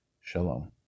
Shalom